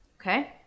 Okay